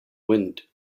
wind